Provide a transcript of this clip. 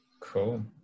cool